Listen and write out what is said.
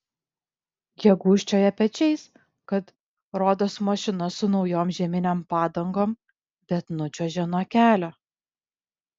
jie gūžčioja pečiais kad rodos mašina su naujom žieminėm padangom bet nučiuožė nuo kelio